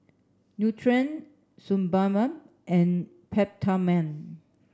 Nutren Sebamed and Peptamen